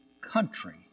country